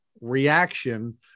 reaction